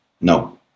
No